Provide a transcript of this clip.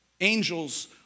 angels